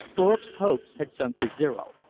thorpe's hopes had sunk to zero.